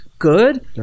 good